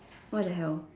what the hell